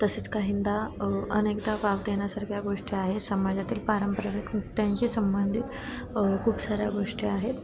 तसेच काहींना अनेकदा वाव देण्यासारख्या गोष्टी आहे समाजातील पारंपरिक नृत्यांशी संबंधित खूप साऱ्या गोष्टी आहेत